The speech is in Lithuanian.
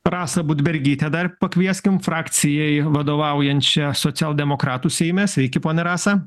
rasą budbergytę dar pakvieskim frakcijai vadovaujančią socialdemokratų seime sveiki ponia rasa